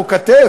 פה כתף,